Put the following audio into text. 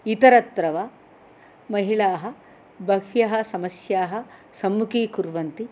इतरत्र वा महिलाः बह्व्यः समस्याः सम्मुखीकुर्वन्ति